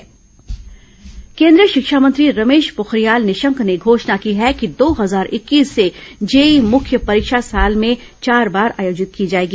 JEE मुख्य परीक्षा केंद्रीय शिक्षा मंत्री रमेश पोखरियाल निशंक ने घोषणा की है कि दो हजार इक्कीस से जेईई मुख्य परीक्षा साल में चार बार आयोजित की जाएगी